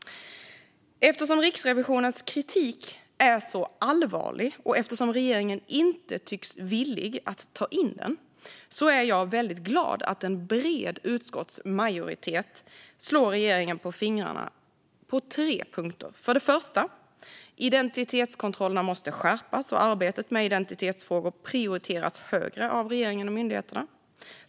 Eftersom Riksrevisionens kritik är så allvarlig och eftersom regeringen inte tycks villig att ta in den är jag glad att en bred utskottsmajoritet slår regeringen på fingrarna på tre punkter. För det första måste identitetskontrollerna skärpas och arbetet med identitetsfrågor prioriteras högre av regeringen och myndigheterna.